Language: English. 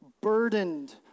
burdened